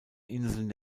inseln